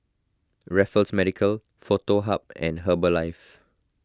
Raffles Medical Foto Hub and Herbalife